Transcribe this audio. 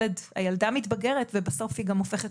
הילד או הילדה מתבגרת ובסוף היא גם הופכת